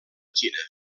xina